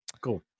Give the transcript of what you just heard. Cool